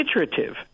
iterative